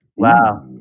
Wow